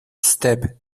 step